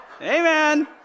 Amen